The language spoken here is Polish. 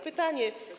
Pytanie.